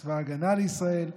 לצבא ההגנה לישראל.